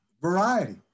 Variety